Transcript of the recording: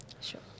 Sure